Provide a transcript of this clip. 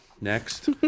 Next